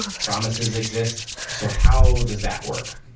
promises exist, so how does that work?